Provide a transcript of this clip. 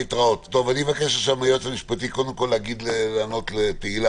אני מבקש מהיועץ המשפטי לענות לתהלה